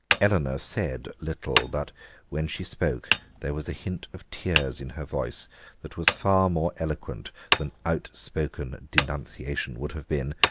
eleanor said little, but when she spoke there was a hint of tears in her voice that was far more eloquent than outspoken denunciation would have been,